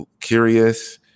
curious